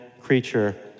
creature